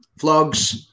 vlogs